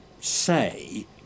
say